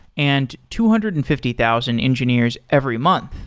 and two hundred and fifty thousand engineers every month.